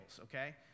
okay